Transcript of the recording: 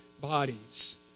bodies